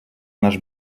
наш